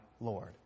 Lord